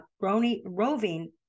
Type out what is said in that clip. roving